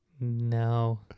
No